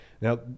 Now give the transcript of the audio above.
Now